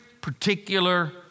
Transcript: particular